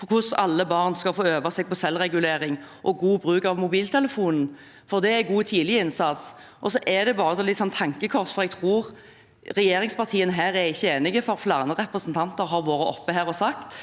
på hvordan alle barn skal få øve seg på selvregulering og god bruk av mobiltelefon, for det er god tidliginnsats. Og så et tankekors: Jeg tror regjeringspartiene her ikke er enige, for flere representanter har vært oppe og sagt